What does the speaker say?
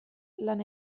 lan